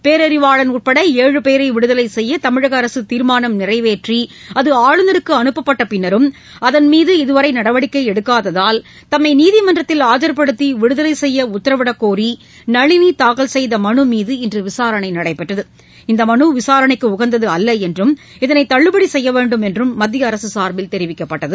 பேரறிவாளன் உட்பட ஏழு பேரை விடுதலை செய்ய தமிழக அரசு தீர்மானம் நிறைவேற்றி ஆளுநருக்கு அனப்ப்பட்ட பின்னரும் அதன்மீது இதுவரை நடவடிக்கை எடுக்காததால் தம்மை நீதிமன்றத்தில் ஆஜர்படுத்தி விடுதலை செய்ய உத்தரவிடக்கோரி நளினி தாக்கல் செய்த மனு மீது இன்று விசாரணை நடைபெற்றது இந்த மனு விசாரணைக்கு உகந்தது அல்ல என்றும் இதனை தள்ளுபடி செய்ய வேண்டும் என்றும் மத்திய அரசு சார்பில் தெரிவிக்கப்பட்டது